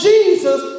Jesus